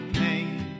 pain